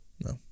No